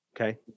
Okay